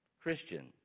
Christian